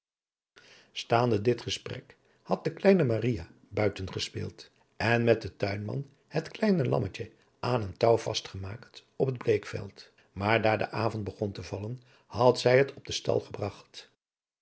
staande dit gesprek had de kleine maria buiten gespeeld en met den tuinman het kleine lammetje aan een touw vast gemaakt op het bleekveld maar daar de avond begon te vallen had zij het op den stal gebragt